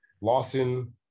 Lawson